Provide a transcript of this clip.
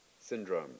syndrome